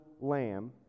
lamb